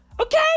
Okay